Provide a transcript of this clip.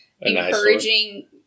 encouraging